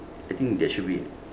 I think that should be